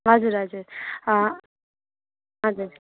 हजुर हजुर हजुर